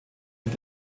mit